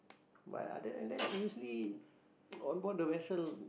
but other than that usually on board the vessel